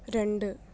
രണ്ട്